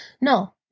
no